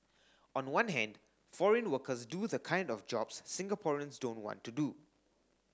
on one hand foreign workers do the kind of jobs Singaporeans don't want to do